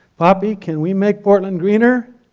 poppy can we make portland greener?